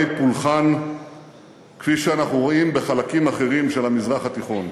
פולחן שאנחנו רואים בחלקים אחרים של המזרח התיכון.